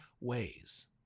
ways